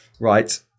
right